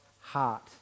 heart